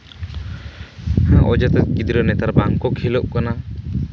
ᱚᱡᱚᱛᱷᱟ ᱜᱤᱫᱽᱨᱟᱹ ᱱᱮᱛᱟᱨ ᱵᱟᱝᱠᱚ ᱠᱷᱮᱞᱳᱜ ᱠᱟᱱᱟ